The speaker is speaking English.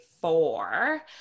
four